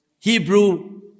Hebrew